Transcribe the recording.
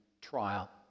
trial